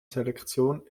selektion